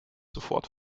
sofort